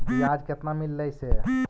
बियाज केतना मिललय से?